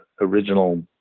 original